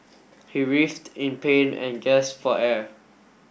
he writhed in pain and gasped for air